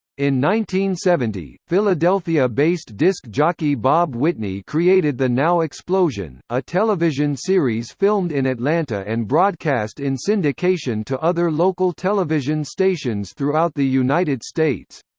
in seventy, philadelphia-based disc jockey bob whitney created the now explosion, a television series filmed in atlanta and broadcast in syndication to other local television stations throughout the united states.